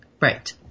Right